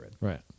Right